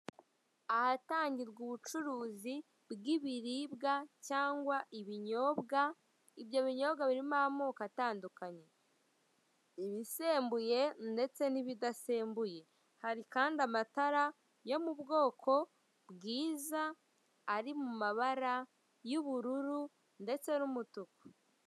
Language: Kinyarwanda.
Ahatangirwa ubucuruzi bw'ibiribwa cyangwa ibinyobwa, ibyo binyobwa birimo amako atandukanye ibisembuye ndetse n'ibidasembuye hari kandi amatara yo mu bwoko bwiza ari mu mabara y'ubururu ndetse n'umutuku.